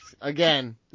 Again